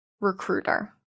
recruiter